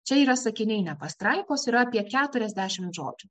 čia yra sakiniai ne pastraipos yra apie keturiasdešimt žodžių